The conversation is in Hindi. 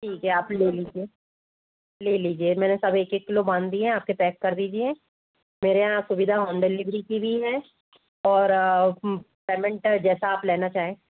ठीक है आप ही ले लीजिए ले लीजिए मैंने सब एक एक किलो बांध दिए हैं आपके पैक कर दिए हैं मैरे यहाँ सुविधा होम डिलीवरी की भी है और पेमेंट है जैसे आप लेना चाहे